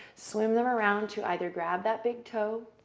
swim them around to either grab that big toe